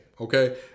okay